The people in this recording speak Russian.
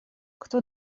кто